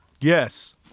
Yes